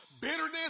Bitterness